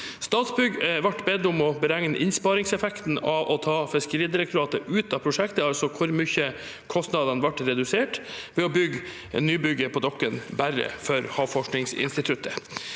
Statsbygg ble bedt om å beregne innsparingseffekten av å ta Fiskeridirektoratet ut av prosjektet, altså hvor mye kostnadene ble redusert ved å bygge nybygget på Dokken bare for Havforskningsinstituttet.